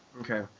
Okay